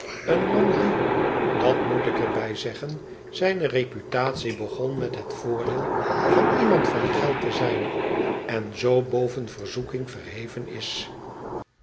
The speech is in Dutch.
een man die dat moet ik er bij zeggen zijne reputatie begon met het voordeel van iemand van geld te zijn en zoo boven verzoekmg verheven is